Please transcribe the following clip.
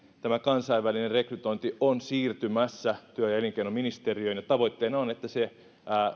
tämä kansainvälinen rekrytointi on siirtymässä työ ja elinkeinoministeriöön ja tavoitteena on että se